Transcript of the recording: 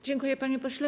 Dziękuję, panie pośle.